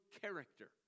character